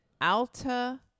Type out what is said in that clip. Alta